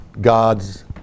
God's